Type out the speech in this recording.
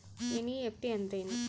NEFT ಅಂದ್ರೆನು?